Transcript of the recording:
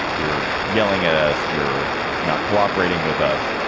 you're yelling at us. you're not cooperating with us.